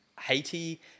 Haiti